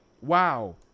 wow